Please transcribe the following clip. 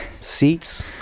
Seats